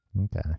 Okay